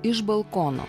iš balkono